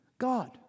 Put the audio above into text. god